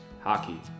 Hockey